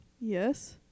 Yes